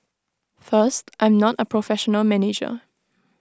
first I'm not A professional manager